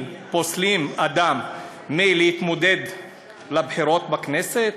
פוסלים אדם מלהתמודד לבחירות בכנסת,